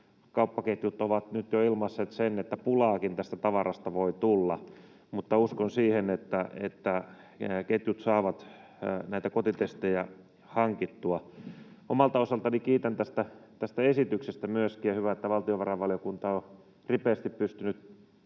Kauppaketjut ovat nyt jo ilmaisseet sen, että pulaakin tästä tavarasta voi tulla, mutta uskon siihen, että ketjut saavat kotitestejä hankittua. Omalta osaltani kiitän tästä esityksestä myöskin, ja hyvä, että valtiovarainvaliokunta on ripeästi pystynyt